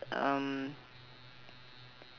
um